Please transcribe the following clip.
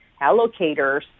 allocators